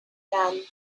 done